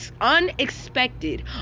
unexpected